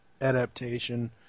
adaptation